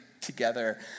together